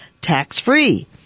tax-free